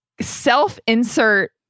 self-insert